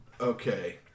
Okay